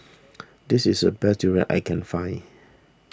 this is a best Durian I can find